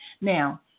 Now